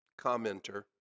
commenter